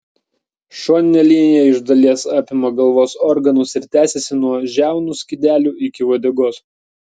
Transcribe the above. šoninė linija iš dalies apima galvos organus ir tęsiasi nuo žiaunų skydelių iki uodegos